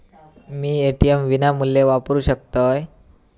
मी ATM विनामूल्य वापरू शकतय?